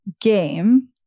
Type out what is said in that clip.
game